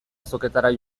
azoketara